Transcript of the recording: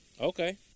Okay